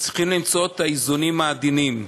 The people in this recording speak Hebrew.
וצריכים למצוא את האיזונים העדינים.